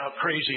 crazy